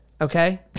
Okay